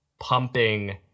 pumping